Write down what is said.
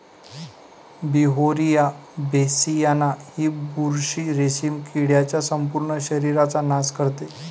Beauveria bassiana ही बुरशी रेशीम किडीच्या संपूर्ण शरीराचा नाश करते